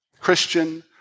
Christian